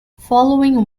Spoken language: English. following